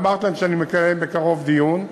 ואמרתי להם שאני מקיים בקרוב דיון,